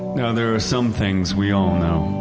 now there are some things we all know,